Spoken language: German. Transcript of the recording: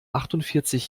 achtundvierzig